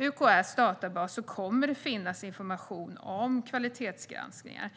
UKÄ:s databas kommer det som sagt att finnas information om kvalitetsgranskningar.